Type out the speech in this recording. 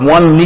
One